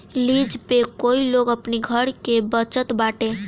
lease पे कई लोग अपनी घर के बचत बाटे